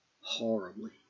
Horribly